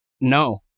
no